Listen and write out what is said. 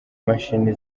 mashini